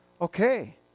Okay